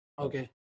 Okay